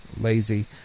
lazy